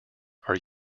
are